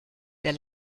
der